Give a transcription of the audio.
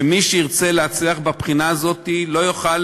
שמי שירצה להצליח בבחינה הזאת לא יוכל